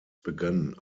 begann